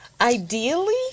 Ideally